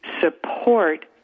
support